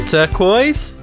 Turquoise